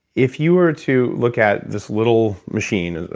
if you were to look at this little machine,